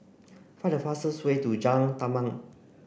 find the fastest way to Jalan Tamban